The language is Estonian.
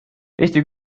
eesti